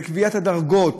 בקביעת הדרגות,